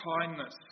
kindness